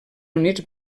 units